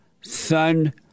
son